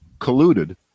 colluded